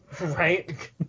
Right